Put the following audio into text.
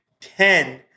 Ten